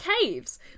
caves